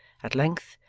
at length,